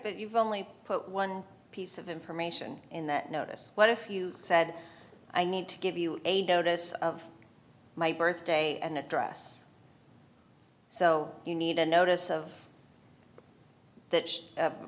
but you've only put one piece of information in that notice what if you said i need to give you a notice of my birthday and address so you need a notice of that